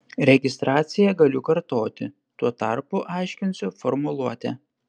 registraciją galiu kartoti tuo tarpu aiškinsiu formuluotę